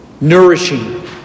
nourishing